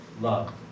love